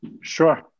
Sure